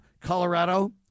Colorado